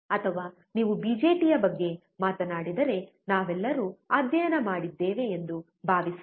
ಅಥವಾ ನೀವು ಬಿಜೆಟಿಯ ಬಗ್ಗೆ ಮಾತನಾಡಿದರೆ ನಾವೆಲ್ಲರೂ ಅಧ್ಯಯನ ಮಾಡಿದ್ದೇವೆ ಎಂದು ಭಾವಿಸೋಣ